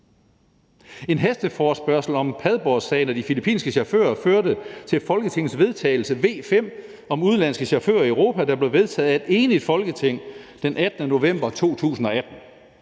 En hasteforespørgsel om Padborgsagen og de filippinske chauffører førte til forslag til vedtagelse nr. V 5 om udenlandske chauffører i Europa, der blev vedtaget af et enigt Folketing den 18. november 2018.